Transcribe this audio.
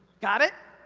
got it?